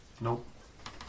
Nope